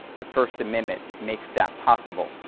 the first amendment makes that possible.